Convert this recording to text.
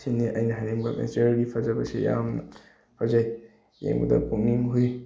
ꯁꯤꯅꯤ ꯑꯩꯅ ꯍꯥꯏꯅꯤꯡꯕ ꯅꯦꯆꯔꯒꯤ ꯐꯖꯕꯁꯤ ꯌꯥꯝꯅ ꯐꯖꯩ ꯌꯦꯡꯕꯗ ꯄꯨꯛꯅꯤꯡ ꯍꯨꯏ